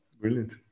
brilliant